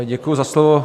Děkuji za slovo.